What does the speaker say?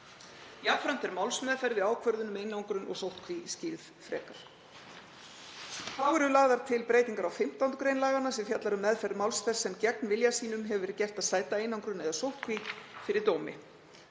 Jafnframt er málsmeðferð við ákvörðun um einangrun og sóttkví skýrð frekar. Þá eru lagðar til breytingar á 15. gr. laganna sem fjallar um meðferð máls þess sem gegn vilja sínum hefur verið gert að sæta einangrun eða sóttkví fyrir dómi.